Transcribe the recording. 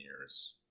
years